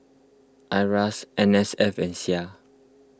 Iras N S F and Sia